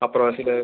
அப்புறம் சில